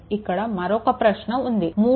ఇక్కడ మరొక ప్రశ్న ఉంది 3